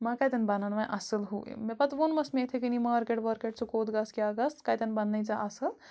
وۄنۍ کَتٮ۪ن بَنَن وَنہِ اَصٕل ہُہ یہِ مےٚ پَتہٕ ووٚنمَس مےٚ یِتھَے کٔنی مارکیٹ وارکیٹ ژٕ کوٚت گَژھ کیٛاہ گَژھ کَتٮ۪ن بنٛنَے ژےٚ اَصٕل